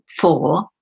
four